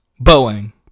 boeing